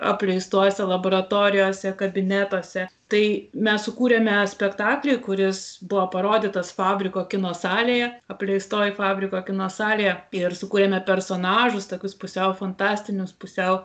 apleistose laboratorijose kabinetuose tai mes sukūrėme spektaklį kuris buvo parodytas fabriko kino salėje apleistoj fabriko kino salėje ir sukūrėme personažus tokius pusiau fantastinius pusiau